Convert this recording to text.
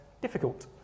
difficult